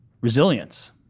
resilience